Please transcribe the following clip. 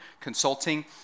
consulting